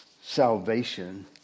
salvation